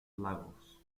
lagos